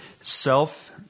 self